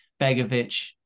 Begovic